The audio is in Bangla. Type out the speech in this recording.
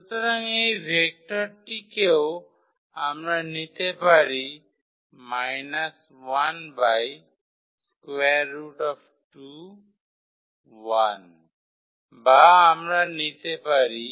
সুতরাং এই ভেক্টরটিকেও আমরা নিতে পারি বা আমরা নিতে পারি